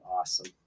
awesome